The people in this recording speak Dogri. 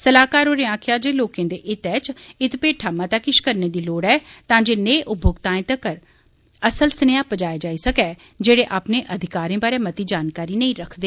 सलाहकार होरें आक्खेआ जे लोकें दे हितै च इत्त पेठा मता किश करने दी लोड़ ऐ तां जे नेह् उपमोक्ताएं तक्कर असल सनेहा पुजाया जाई सकै जेड़े अपने अधिकारें बारै मती जानकारी नेई रखदे